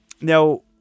Now